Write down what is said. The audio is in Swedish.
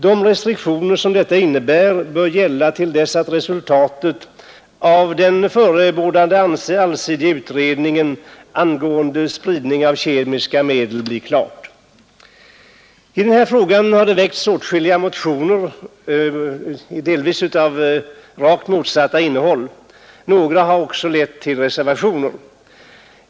De restriktioner som lagförslaget innebär bör gälla till dess resultatet av den förebådade allsidiga utredningen angående spridning av kemiska medel blivit klart. I den här frågan har det väckts åtskilliga motioner — delvis med direkt motstridande innehåll — varav några har lett till reservationer.